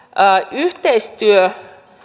yhteistyö